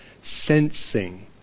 Sensing